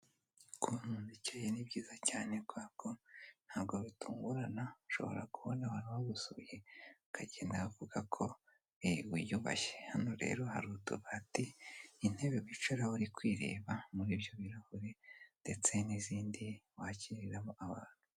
Kubumubyeyi ni byiza cyane kuberako ntabwo bitungurana ushobora kubona abantu bagusuye kagendavuga ko wiyubashye hano rero hari utubati intebe bicararaho uri kwireba muri ibyo birahuri ndetse n'izindi wakiriramo abantu.